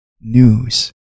news